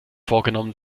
vorgenommen